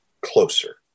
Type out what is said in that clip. closer